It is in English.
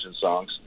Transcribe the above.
songs